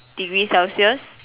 degree celsius